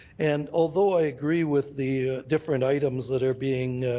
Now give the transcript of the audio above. and although i agree with the different items that are being